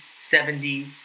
70